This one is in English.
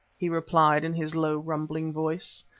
he replied in his low rumbling voice,